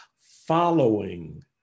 following